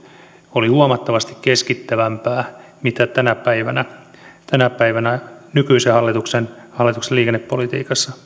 oli huomattavasti keskittävämpää kuin mitä tänä päivänä tänä päivänä nykyisen hallituksen hallituksen liikennepolitiikassa